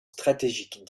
stratégique